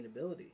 sustainability